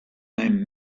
named